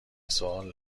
سوال